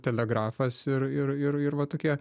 telegrafas ir ir ir ir va tokie